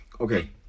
okay